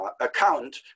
account